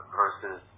versus